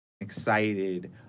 excited